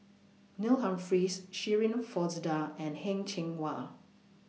Neil Humphreys Shirin Fozdar and Heng Cheng Hwa